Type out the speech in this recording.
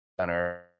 center